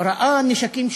וראה נשקים שלופים.